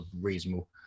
reasonable